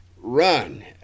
Run